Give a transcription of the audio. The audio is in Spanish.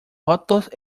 votos